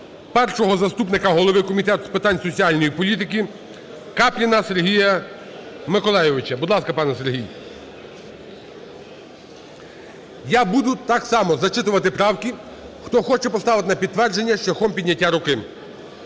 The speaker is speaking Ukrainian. першого заступника голови Комітету з питань соціальної політики Капліна Сергія Миколайовича. Будь ласка, пане Сергій. Я буду так само зачитувати правки. Хто хоче поставити на підтвердження - шляхом підняття руки.